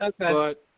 Okay